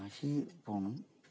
കാശിയിൽ പോകണം